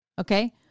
Okay